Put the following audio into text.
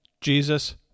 Jesus